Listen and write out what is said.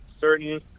certain